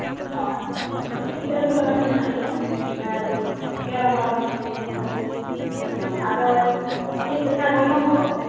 ᱦᱳᱭ ᱠᱟᱹᱴᱤᱡ ᱜᱤᱫᱽᱨᱟᱹ ᱠᱚ ᱞᱟᱜᱟᱱ ᱦᱚᱸ ᱢᱮᱱᱟᱜ ᱜᱮᱭᱟ ᱟᱨ ᱮᱜᱟᱨᱚ ᱵᱟᱨᱳ ᱵᱚᱪᱷᱚᱨ ᱜᱤᱫᱽᱨᱟᱹ ᱠᱚ ᱦᱚᱸ ᱟᱫᱚ ᱪᱮᱫ ᱞᱮᱠᱟ ᱜᱚᱱᱚᱝ ᱠᱚ